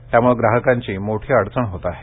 त्यामुळे ग्राहकांची मोठी अडचण होत आहे